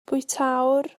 bwytäwr